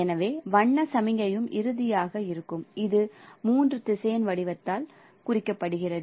எனவே வண்ண சமிக்ஞையும் இறுதியாக இருக்கும் இது மூன்று திசையன் வடிவத்தால் குறிக்கப்படுகிறது